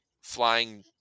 flying